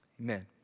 Amen